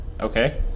Okay